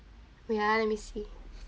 wait ah let me see